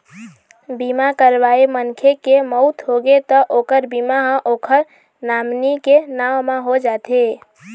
बीमा करवाए मनखे के मउत होगे त ओखर बीमा ह ओखर नामनी के नांव म हो जाथे